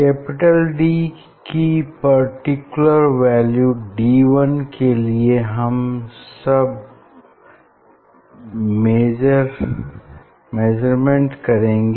capital D की particular value D1 के लिए हम सब मेजर मेन्ट करेंगे